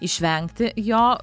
išvengti jo